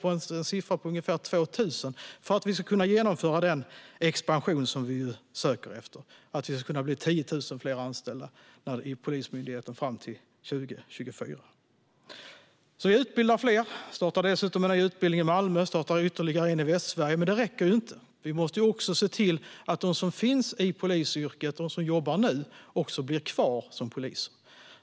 Vi bör ligga på ungefär 2 000 för att vi ska kunna genomföra den expansion som vi söker efter - att det ska kunna bli 10 000 fler anställda i Polismyndigheten fram till 2024. Vi utbildar fler, startar dessutom en ny utbildning i Malmö och startar ytterligare en i Västsverige. Men det räcker inte. Vi måste också se till att de som finns i polisyrket, de som jobbar där nu, blir kvar som poliser.